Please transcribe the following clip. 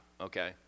okay